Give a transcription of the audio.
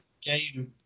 game